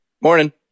Morning